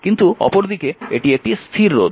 কিন্তু অপরদিকে এটি একটি স্থির রোধ